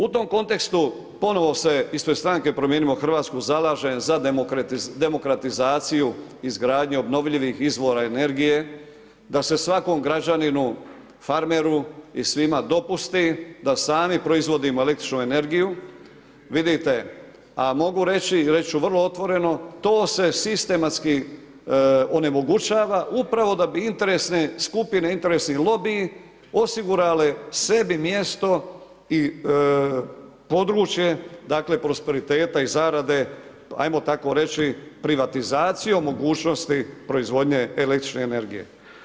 U tom kontekstu ponovo se ispred stranke Promijenimo Hrvatsku zalažem za demokratizaciju izgradnje obnovljivih izvora energije, da se svakom građaninu, farmeru i svima, dopusti da sami proizvodimo električnu energiju, vidite, a mogu reći, a reći ću vrlo otvoreno, to se sistematski onemogućava, upravo da bi interesne skupine, interesni lobiji, osigurale sebi mjesto i područje prosperiteta i zarade, ajmo tako reći, privatizacijom mogućnosti proizvodnje električne energije.